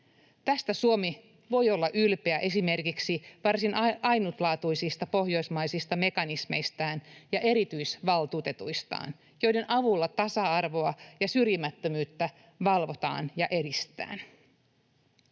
Tässä Suomi voi olla ylpeä esimerkiksi varsin ainutlaatuisista pohjoismaisista mekanismeistaan ja erityisvaltuutetuistaan, joiden avulla tasa-arvoa ja syrjimättömyyttä valvotaan ja edistetään.